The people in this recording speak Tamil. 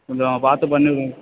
கொஞ்சம் பார்த்து பண்ணிவிடுங்க